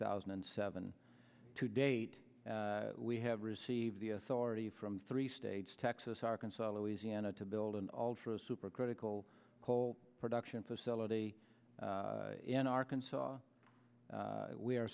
thousand and seven to date we have received the authority from three states texas arkansas louisiana to build an ultra supercritical coal production facility in arkansas we are